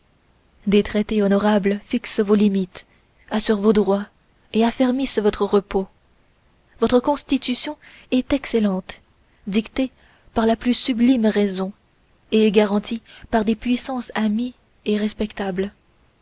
des traités honorables fixent vos limites assurent vos droits et affermissent votre repos votre constitution est excellente dictée par la plus sublime raison et garantie par des puissances amies et respectables